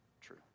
true